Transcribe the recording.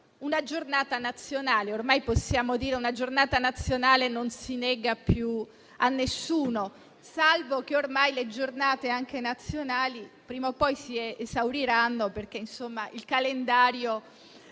una giornata nazionale. Ormai possiamo dire una giornata nazionale non si nega più a nessuno, salvo che ormai le giornate, anche quelle nazionali, prima o poi si esauriranno, perché il calendario